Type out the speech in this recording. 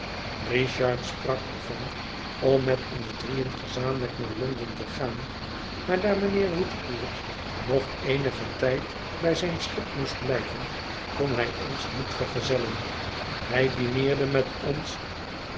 richard sprak er van om met ons drieën gezamelijk naar londen te gaan maar daar mijnheer woodcourt nog eenigen tijd bij zijn schip moest blijven kon hij ons niet vergezellen hij dineerde met ons